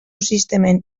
sistemen